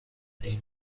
این